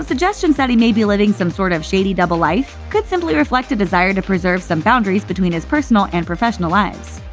suggestions that he may be living some sort of shady double life could simply reflect a desire to preserve some boundaries between his personal and professional lives.